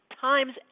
times